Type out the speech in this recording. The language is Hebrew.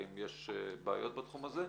האם יש בעיות בתחום הזה,